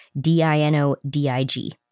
D-I-N-O-D-I-G